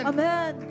Amen